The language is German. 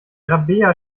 rabea